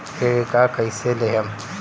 Credit card कईसे लेहम?